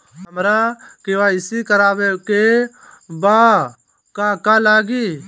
हमरा के.वाइ.सी करबाबे के बा का का लागि?